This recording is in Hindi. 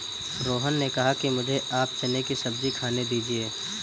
रोहन ने कहा कि मुझें आप चने की सब्जी खाने दीजिए